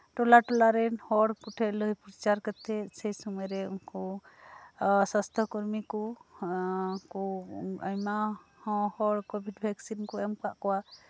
ᱴᱚᱞᱟ ᱴᱚᱞᱟᱨᱮᱱ ᱦᱚᱲ ᱠᱚᱴᱷᱮᱱ ᱞᱟᱹᱭ ᱯᱨᱚᱪᱟᱨ ᱠᱟᱛᱮᱫ ᱥᱚᱢᱚᱭᱨᱮ ᱩᱱᱠᱩ ᱥᱟᱥᱛᱷᱚ ᱠᱚᱨᱢᱤ ᱠᱚ ᱠᱚ ᱟᱭᱢᱟ ᱦᱚᱸ ᱦᱚᱲ ᱠᱚ ᱵᱷᱮᱠᱥᱤᱱ ᱠᱚ ᱮᱢ ᱟᱠᱟᱫ ᱠᱚᱣᱟ